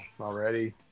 already